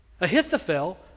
Ahithophel